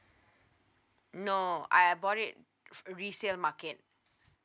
no I bought it resale market